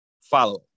follow